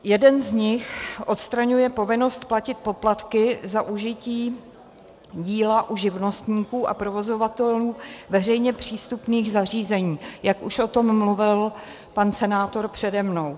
Jeden z nich odstraňuje povinnost platit poplatky za užití díla u živnostníků a provozovatelů veřejně přístupných zařízení, jak už o tom mluvil pan senátor přede mnou.